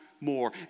more